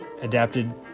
adapted